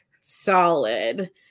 solid